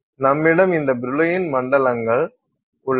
நம்மிடம் இந்த பிரில்லூயின் மண்டலங்கள் உள்ளன